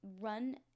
run